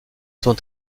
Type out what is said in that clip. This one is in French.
sont